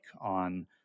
on